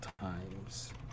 Times